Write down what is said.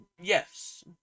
Yes